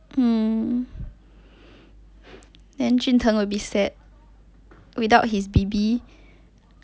um then jun tng will be sad without his B_B